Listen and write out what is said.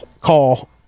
call